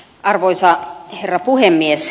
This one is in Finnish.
arvoisa herra puhemies